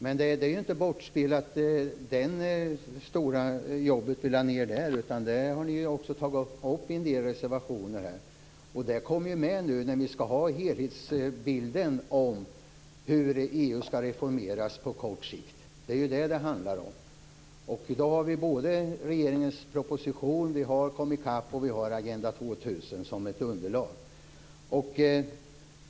Men det stora jobb vi lade ned där är inte bortspelat. Ni har tagit upp det arbetet i en del reservationer. Det kommer med nu när vi diskuterar helhetsbilden av hur EU skall reformeras på kort sikt. Det är det som det handlar om. I dag har vi både regeringens proposition, Komicap och Agenda 2000 som underlag.